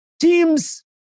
Teams